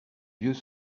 vieux